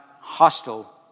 hostile